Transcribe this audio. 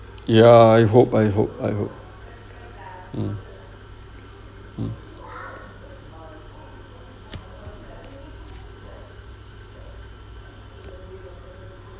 ya I hope I hope I hope mm mm